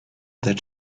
that